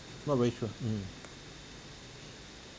not very sure mm